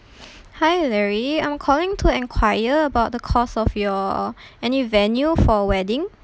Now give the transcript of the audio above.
hi larry I'm calling to enquire about the cost of your any venue for wedding